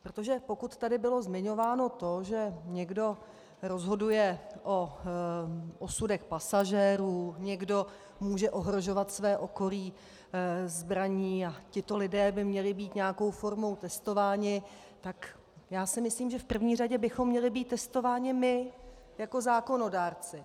Protože pokud tady bylo zmiňováno to, že někdo rozhoduje o osudech pasažérů, někdo může ohrožovat své okolí zbraní a tito lidé by měli být nějakou formou testováni, tak si myslím, že v první řadě bychom měli být testováni my jako zákonodárci.